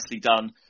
done